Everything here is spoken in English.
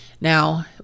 Now